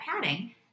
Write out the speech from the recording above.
padding